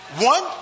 One